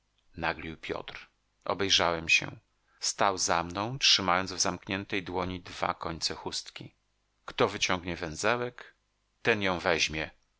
naglił piotr obejrzałem się stał za mną trzymając w zamkniętej dłoni dwa końce chustki kto wyciągnie węzełek ten ją weźmie